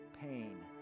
pain